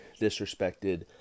disrespected